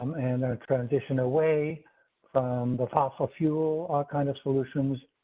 um and a transition away from the fossil fuel kind of solutions.